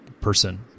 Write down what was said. person